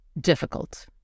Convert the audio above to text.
difficult